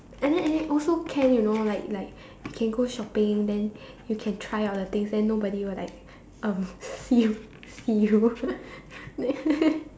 and then and then also can you know like like you can go shopping then you can try out the things then nobody will like um see you see you then